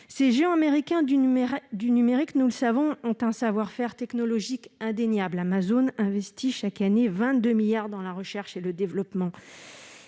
Ces géants américains du numérique, nous le savons, ont un savoir-faire technologique indéniable. Amazon investit chaque année 22 milliards d'euros dans la recherche et le développement.